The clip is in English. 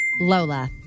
Lola